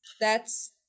that's-